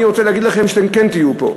אני רוצה להגיד לכם שאתם כן תהיו פה.